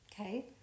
okay